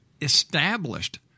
established